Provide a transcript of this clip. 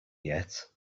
yet